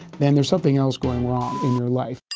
then there's something else going wrong in your life.